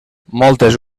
moltes